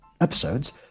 episodes